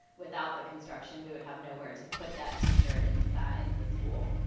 without the construction, we would have nowhere to put that teacher inside the school.